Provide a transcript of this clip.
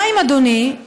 2. אדוני,